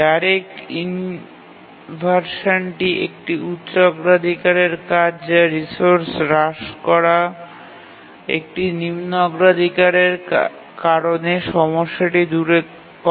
direct ইনভারশানটি একটি উচ্চ অগ্রাধিকারের কাজ যা রিসোর্স হ্রাস করা একটি নিম্ন অগ্রাধিকারের কারণে সমস্যাটি দূর করে